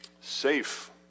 Safe